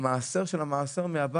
שייתן לנו את המעשר של המעשר מעבאס.